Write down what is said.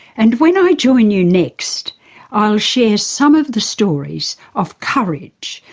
and when i join you next i'll share some of the stories of courage,